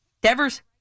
Devers